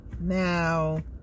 now